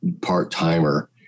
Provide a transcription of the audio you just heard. part-timer